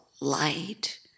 light